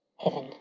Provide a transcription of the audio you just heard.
heaven!